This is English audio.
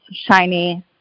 Shiny